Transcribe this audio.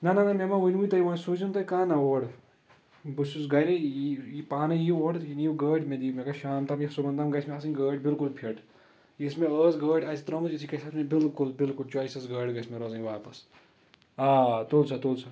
نہ نہ نہ مےٚ مہٕ ؤنوٕ تۄہہ و سوٗزونۍ تُہۍ کانٛہہ نہ اور بہٕ چھُس گری پانے یِیو اور یہِ نیِو گٲڑ مےٚ دِیِو مےٚ گژھِ شام تام یا صبحن تام گژھِ مےٚ آسٕنۍ گٲڑ بِلکُل فِٹ یِژھ مےٚ ٲسۍ گٲڑ اَتہِ ترٲومٕژ یژھٕے گژھِ آسٕنۍ مےٚ بِالکُل بالکُل چوسٕز گٲڑ گژھِ مےٚ روزٕنۍ واپَس آ تُل سا تُل سا